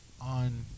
on